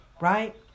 right